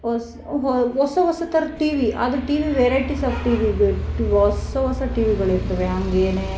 ಹೊಸ್ ಹೊ ಹೊಸ ಹೊಸ ಥರದ್ ಟಿವಿ ಆಗ ಟಿವಿ ವೆರೈಟೀಸ್ ಆಫ್ ಟಿವಿ ಇದೆ ಹೊಸ್ಸ ಹೊಸಾದ್ ಟಿ ವಿಗಳಿರ್ತವೆ ಹಂಗೇ